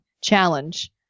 challenge